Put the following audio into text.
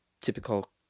typical